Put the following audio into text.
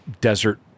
desert